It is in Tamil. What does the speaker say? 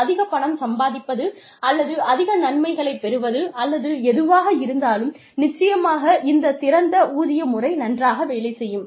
அதிகப் பணம் சம்பாதிப்பது அல்லது அதிக நன்மைகளைப் பெறுவது அல்லது எதுவாக இருந்தாலும் நிச்சயமாக இந்த திறந்த ஊதிய முறை நன்றாக வேலை செய்யும்